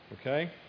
Okay